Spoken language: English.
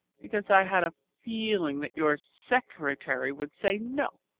because i had a feeling that your secretary would say no.